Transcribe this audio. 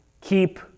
Keep